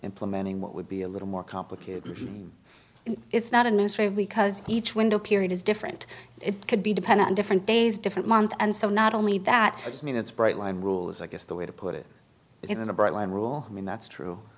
implementing what would be a little more complicated it's not a new strain because each window period is different it could be depending on different days different month and so not only that i just mean it's a bright line rule is i guess the way to put it is in a bright line rule i mean that's true